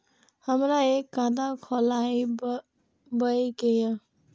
हमरा एक खाता खोलाबई के ये?